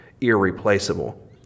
irreplaceable